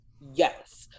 Yes